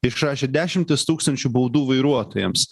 išrašė dešimtis tūkstančių baudų vairuotojams